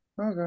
Okay